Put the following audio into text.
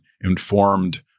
informed